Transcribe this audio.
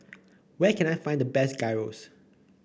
where can I find the best Gyros